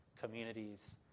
communities